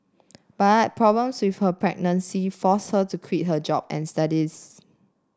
but problems with her pregnancy forced her to quit her job and studies